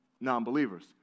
non-believers